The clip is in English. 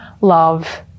love